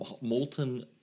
molten